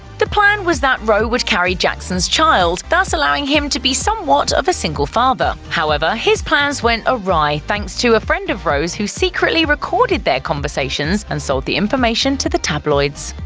the plan was that rowe would carry jackson's child, thus allowing him to be somewhat of a single father. however, his plans went awry thanks to a friend of rowe's who secretly recorded their conversations and sold the information to the tabloids.